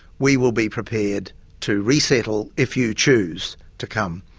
we will be prepared to resettle if you choose to come.